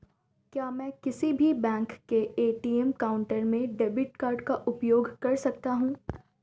क्या मैं किसी भी बैंक के ए.टी.एम काउंटर में डेबिट कार्ड का उपयोग कर सकता हूं?